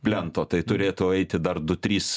plento tai turėtų eiti dar du trys